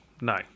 No